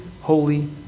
holy